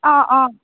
অঁ অঁ